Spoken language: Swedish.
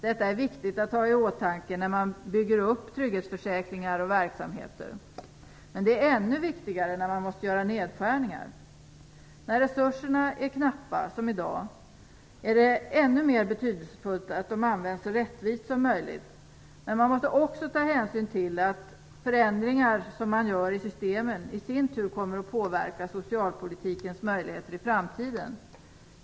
Detta är viktigt att ha i åtanke när man bygger upp trygghetsförsäkringar och verksamheter. Men det är ännu viktigare när man måste göra nedskärningar. När resurserna är knappa, som i dag, är det ännu mer betydelsefullt att de används så rättvist som möjligt. Men man måste också ta hänsyn till att förändringar som görs i systemet i sin tur kommer att påverka socialpolitikens möjligheter i framtiden.